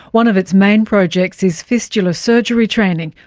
one of its main projects is fistula surgery training,